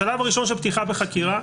השלב הראשון של פתיחה בחקירה,